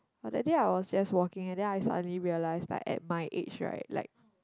but that day I was just walking and then I suddenly realized that at my age right like